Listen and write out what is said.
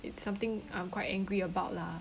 it's something I'm quite angry about lah